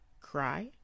Cry